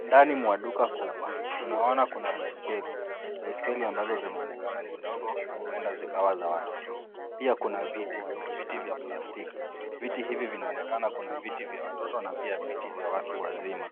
Ndani mwa duka kubwa tunaona kuna baiskeli. Baiskeli ambazo zinaonekana ni ndogo huenda zikawa ni za watoto. Pia kuna viti, viti vya plastiki. Viti hivi vinaonekana kuna viti vya watoto na pia viti za watu wazima.